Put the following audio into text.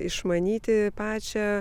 išmanyti pačią